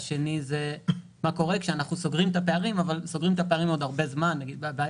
ומה קורה כאשר סוגרים את הפערים אבל זה ייקח זמן רב,